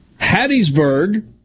Hattiesburg